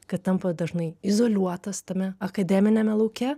kad tampa dažnai izoliuotas tame akademiniame lauke